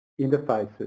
interfaces